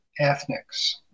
ethnics